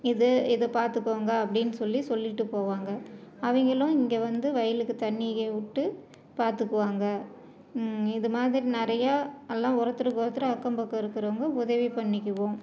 இது இதை பார்த்துக்கோங்க அப்படின்னு சொல்லி சொல்லிவிட்டு போவாங்க அவங்களும் இங்கே வந்து வயலுக்கு தண்ணிக விட்டு பார்த்துக்குவாங்க இதுமாதிரி நிறையா எல்லாம் ஒருத்தருக்கு ஒருத்தர் அக்கம் பக்கம் இருக்கிறவங்க உதவி பண்ணிக்குவோம்